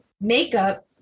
makeup